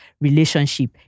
relationship